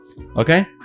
Okay